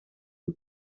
who